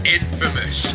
infamous